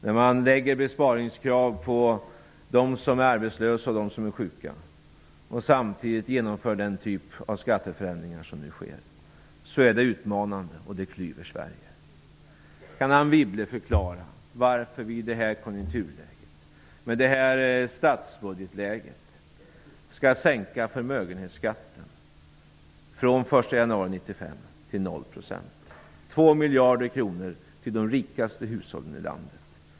När man lägger besparingskrav på arbetslösa och sjuka och samtidigt genomför den typ av skatteförändringar som nu sker är det utmanande. Detta klyver Sverige. Kan Anne Wibble förklara varför vi i nuvarande konjunkturläge och statsbudgetläge skall sänka förmögenhetsskatten till 0 % den 1 januari 1995. 2 miljarder kronor tillförs de rikaste hushållen i landet.